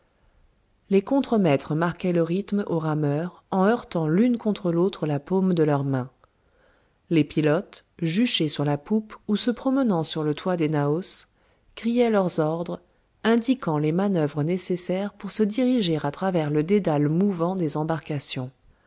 les contremaîtres marquaient le rythme aux rameurs en heurtant l'une contre l'autre la paume de leurs mains les pilotes juchés sur la poupe ou se promenant sur le toit des naos criaient leurs ordres indiquant les manœuvres nécessaires pour se diriger à travers le dédale mouvant des embarcations